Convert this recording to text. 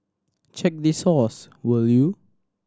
check the source will you